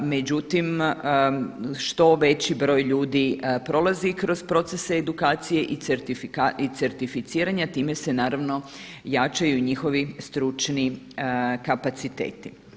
Međutim, što veći broj ljudi prolazi kroz procese edukacije i certificiranja time se naravno jačaju njihovi stručni kapaciteti.